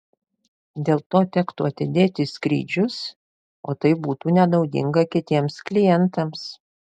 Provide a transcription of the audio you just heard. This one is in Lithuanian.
dėl to tektų atidėti skrydžius o tai būtų nenaudinga kitiems klientams